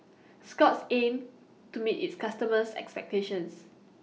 Scott's aims to meet its customers' expectations